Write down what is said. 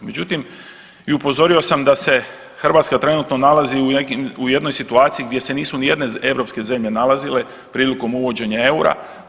Međutim, i upozorio sam da se Hrvatska trenutno nalazi u nekim, u jednoj situaciji gdje se nisu ni jedne europske zemlje nalazile prilikom uvođenja EUR-a.